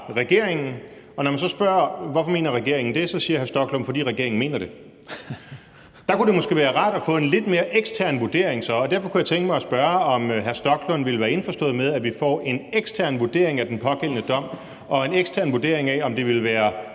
og når man så spørger, hvorfor regeringen mener det, så siger hr. Rasmus Stoklund, at det er, fordi regeringen mener det. Der kunne det måske så være rart at få en lidt mere ekstern vurdering, og derfor kunne jeg tænke mig at spørge, om hr. Rasmus Stoklund vil være indforstået med, at vi får en ekstern vurdering af den pågældende dom og en ekstern vurdering af, om det vil være